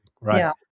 Right